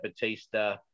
Batista